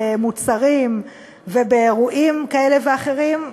במוצרים ובאירועים כאלה ואחרים,